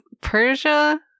Persia